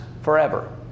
forever